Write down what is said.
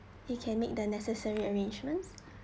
it can make the necessary arrangements